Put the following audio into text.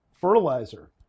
fertilizer